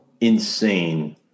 insane